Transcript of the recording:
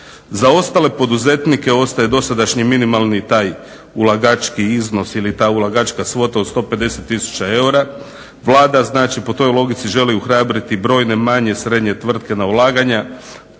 Za ostale poduzetnike ostaje dosadašnji minimalni taj ulagački iznos ili ta ulagačka svota od 150 tisuća eura. Vlada po toj logici želi ohrabriti brojne manje srednje tvrtke na ulaganja,